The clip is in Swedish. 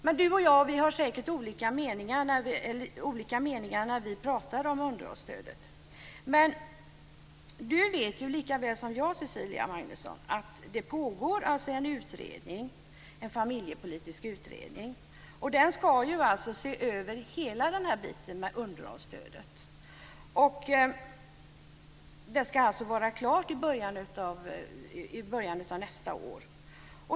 Men Cecilia Magnusson och jag har säkert olika meningar när vi talar om underhållsstödet. Men Cecilia Magnusson vet lika väl som jag att det pågår en familjepolitisk utredning, och den ska se över hela underhållsstödet. Den ska vara klar i början av nästa år.